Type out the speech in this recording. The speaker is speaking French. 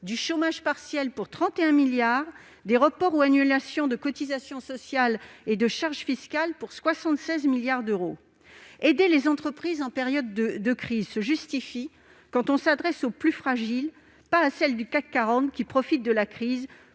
du chômage partiel pour 31 milliards d'euros, des reports ou annulations de cotisations sociales et de charges fiscales pour 76 milliards d'euros. Aider les entreprises en période de crise se justifie quand il s'agit des plus fragiles, mais pas de celles du CAC 40 qui profitent de la crise